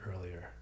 earlier